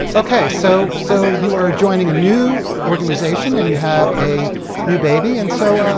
okay! so, so you are joining a new organization and you have a new baby. and so,